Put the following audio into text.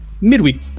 midweek